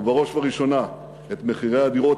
ובראש ובראשונה את מחירי הדירות,